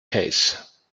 case